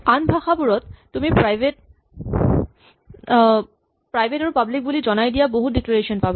আন ভাষাবোৰত তুমি প্ৰাইভেট আৰু পাব্লিক বুলি জনাই দিয়া বহুত ডিক্লেৰেচন পাবা